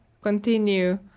continue